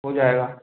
हो जाएगा